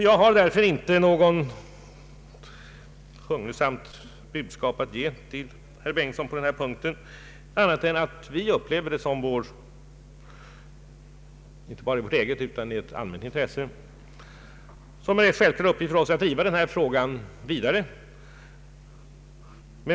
Jag har därför inget hugnesamt budskap till herr Bengtson på denna punkt, men vi betraktar det som självklart att vi, och detta inte bara i vårt eget intresse utan i allas intresse, skall driva den här frågan vidare.